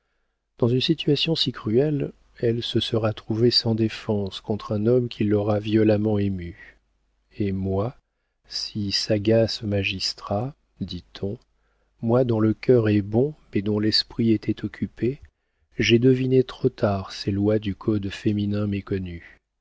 dans une situation si cruelle elle se sera trouvée sans défense contre un homme qui l'aura violemment émue et moi si sagace magistrat dit-on moi dont le cœur est bon mais dont l'esprit était occupé j'ai deviné trop tard ces lois du code féminin méconnues